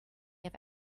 have